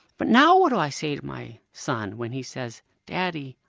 but now what do i say to my son when he says daddy,